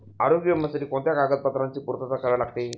आरोग्य विम्यासाठी कोणत्या कागदपत्रांची पूर्तता करावी लागते?